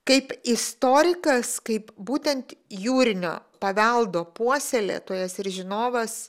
kaip istorikas kaip būtent jūrinio paveldo puoselėtojas ir žinovas